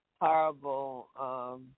horrible